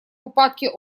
упадке